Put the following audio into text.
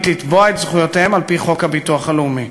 לתבוע את זכויותיהם על-פי חוק הביטוח הלאומי.